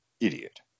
idiot